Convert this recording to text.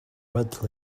but